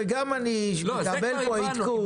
וגם אני מקבל פה עדכון.